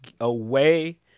away